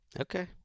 Okay